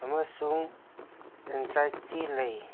ꯑꯃꯁꯨꯡ ꯑꯦꯟꯖꯥꯏꯇꯤ ꯂꯩ